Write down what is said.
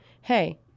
hey